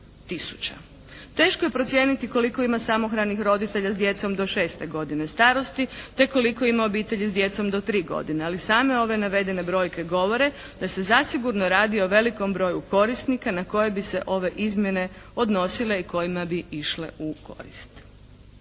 Teško je procijeniti koliko ima samohranih roditelja s djecom do 6. godine starosti te koliko ima obitelji s djecom do 3 godine, ali same ove navedene brojke govore da se zasigurno radi o velikom broju korisnika na koje bi se ove izmjene odnosile i kojima bi išle u korist.